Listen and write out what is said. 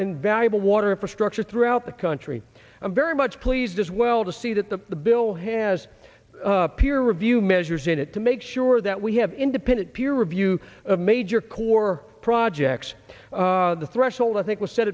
and valuable water infrastructure throughout the country i'm very much pleased as well to see that the the bill has a peer review measures in it to make sure that we have independent peer review of major core projects the threshold i think was set